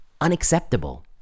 unacceptable